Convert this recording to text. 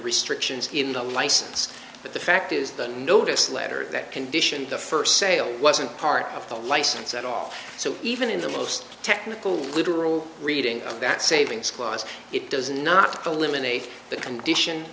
restrictions in the license but the fact is the notice letter that condition the first sale wasn't part of the license at all so even in the most technical literal reading of that savings clause it does not eliminate the condition